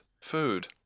food